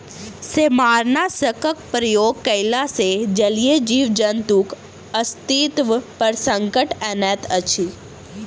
सेमारनाशकक प्रयोग कयला सॅ जलीय जीव जन्तुक अस्तित्व पर संकट अनैत अछि